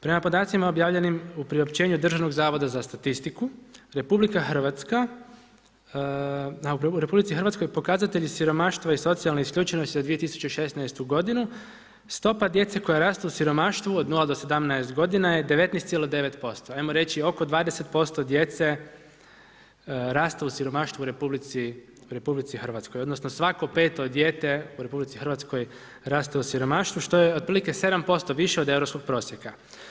Prema podacima objavljenim u priopćenju Državnog zavoda za statistiku, u RH pokazatelji siromaštva i socijalne isključenosti za 2016. godinu stopa djece koja raste u siromaštvu od 0-17 godina je 19,9%, ajmo reći oko 20% djece raste u siromaštvu u RH, odnosno svako peto dijete u RH raste u siromaštvu što je otprilike 7% više od europskog prosjeka.